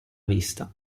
vista